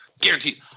Guaranteed